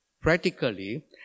Practically